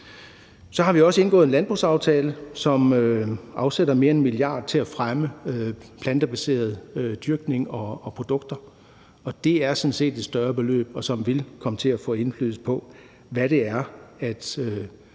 Så har vi også indgået en landbrugsaftale, som afsætter mere end 1 mia. kr. til at fremme plantebaseret dyrkning og plantebaserede produkter, og det er sådan set et større beløb, som vil komme til at få indflydelse på, hvad det er,